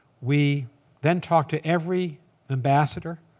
we then talked to every ambassador,